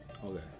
Okay